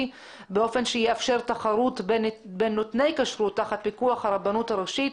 באופן שיאפשר תחרות בין נותני כשרות תחת פיקוח הרבנות הראשית,